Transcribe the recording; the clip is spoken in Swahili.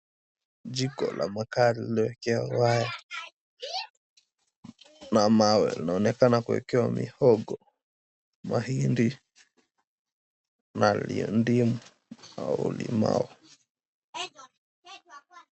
Jiko la makaa lililowekewa mamawe linaonekana kuwekewa mihogo, mahindi na lindimu au limau.